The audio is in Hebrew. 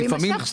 הוא יימשך,